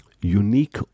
unique